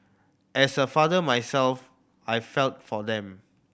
as a father myself I felt for them